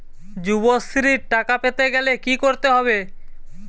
যুবশ্রীর টাকা পেতে গেলে কি করতে হবে?